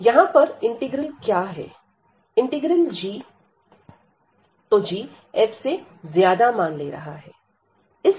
यहां पर इंटीग्रल क्या है इंटीग्रल g तो g f से ज्यादा मान ले रहा है